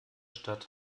stadt